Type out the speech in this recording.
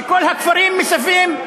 שכל הכפרים מסביב,